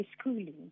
schooling